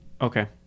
okay